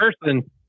person